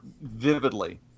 vividly